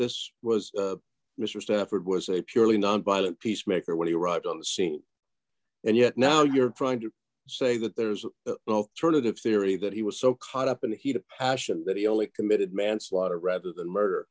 this was mr stafford was a purely nonviolent peacemaker when he arrived on the scene and yet now you're trying to say that there's sort of the theory that he was so caught up in the heat of passion that he only committed manslaughter rather than murder